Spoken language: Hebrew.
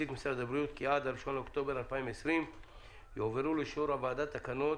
משרד הבריאות כי עד הראשון באוקטובר 2020 יועברו לאישור הוועדה תקנות